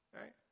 Right